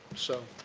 so,